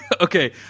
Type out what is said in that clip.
Okay